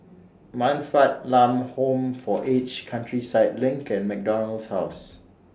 Man Fatt Lam Home For Aged Countryside LINK and MacDonald House